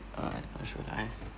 ah